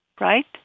right